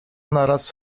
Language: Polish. naraz